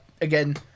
again